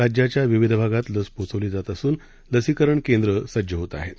राज्याच्याविविधभागातलसपोचवलीजातअसूनलसिकरणकेंद्र सज्जहोतआहेत